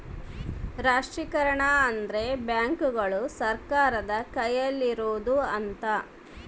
ರಾಷ್ಟ್ರೀಕರಣ ಅಂದ್ರೆ ಬ್ಯಾಂಕುಗಳು ಸರ್ಕಾರದ ಕೈಯಲ್ಲಿರೋಡು ಅಂತ